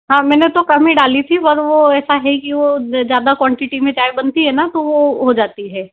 हाँ मैंने तो कम ही डाली थी पर वो ऐसा है कि वो ज़्यादा क्वांटिटी में चाय बनती है न तो वो हो जाती है